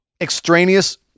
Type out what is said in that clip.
extraneous